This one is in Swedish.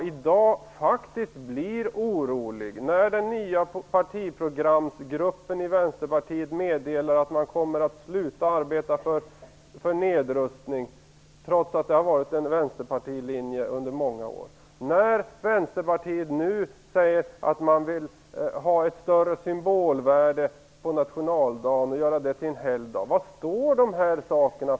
Jag blir orolig när den nya partiprogramsgruppen i Vänsterpartiet meddelar att man kommer att sluta att arbeta för nedrustning, trots att det har varit en Vänsterpartilinje under många år. Vänsterpartiet säger nu att man vill ge nationaldagen ett större symbolvärde och göra den till helgdag. Vad står detta för?